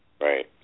Right